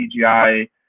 CGI